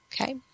Okay